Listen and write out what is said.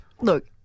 Look